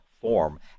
form